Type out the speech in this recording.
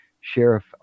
Sheriff